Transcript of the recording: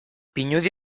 pinudi